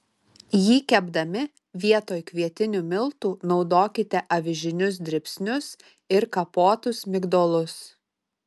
jį kepdami vietoj kvietinių miltų naudokite avižinius dribsnius ir kapotus migdolus